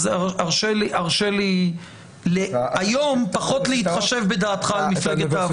אז הרשה לי היום פחות להתחשב בדעתך על מפלגת העבודה.